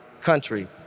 country